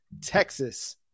Texas